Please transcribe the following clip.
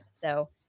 So-